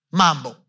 mambo